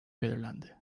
belirlendi